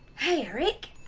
hey eric.